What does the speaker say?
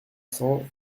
cents